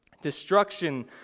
Destruction